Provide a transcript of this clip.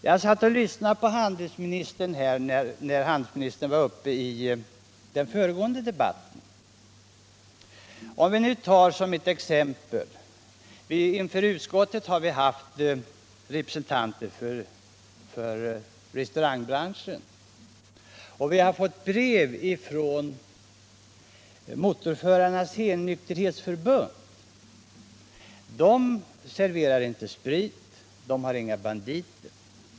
Jag satt och lyssnade på handelsministern när han var uppe i den föregående debatten. I utskottet har vi, för att ta ett exempel, haft besök av representanter för restaurangbranschen och även fått brev från Motorförarnas helnykterhetsförbund — de serverar inte sprit och har inga banditer.